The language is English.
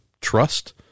trust